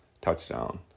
touchdown